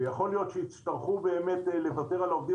ויכול להיות שיצטרכו לוותר על העובדים